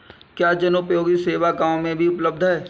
क्या जनोपयोगी सेवा गाँव में भी उपलब्ध है?